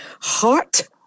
heart